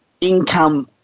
income